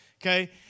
okay